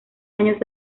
años